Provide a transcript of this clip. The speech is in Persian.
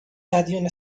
مدیون